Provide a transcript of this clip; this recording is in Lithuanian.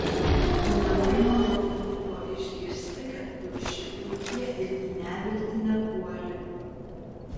labai malonu buvo išgirsti kad pluši ūkyje ir į neviltį nepuoli